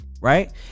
Right